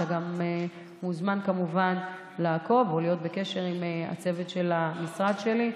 אתה גם מוזמן כמובן לעקוב או להיות בקשר עם הצוות של המשרד שלי,